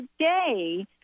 today